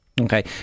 Okay